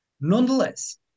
Nonetheless